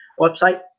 website